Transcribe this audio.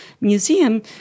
Museum